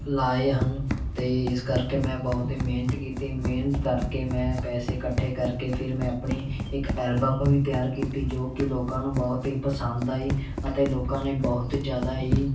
ਲਾਏ ਹਨ ਅਤੇ ਇਸ ਕਰਕੇ ਮੈਂ ਬਹੁਤ ਹੀ ਮਿਹਨਤ ਕੀਤੀ ਮਿਹਨਤ ਕਰਕੇ ਮੈਂ ਪੈਸੇ ਇਕੱਠੇ ਕਰਕੇ ਫਿਰ ਮੈਂ ਆਪਣੀ ਇੱਕ ਐਲਬਮ ਵੀ ਤਿਆਰ ਕੀਤੀ ਜੋ ਕਿ ਲੋਕਾਂ ਨੂੰ ਬਹੁਤ ਹੀ ਪਸੰਦ ਆਈ ਅਤੇ ਲੋਕਾਂ ਨੇ ਬਹੁਤ ਜ਼ਿਆਾਦਾ ਹੀ